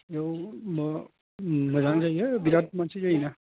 बेयाव माबा मोजाङानो जायो बिराथ मानसि जायोना